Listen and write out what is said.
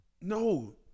No